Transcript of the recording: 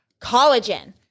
collagen